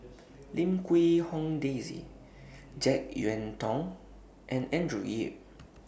Lim Quee Hong Daisy Jek Yeun Thong and Andrew Yip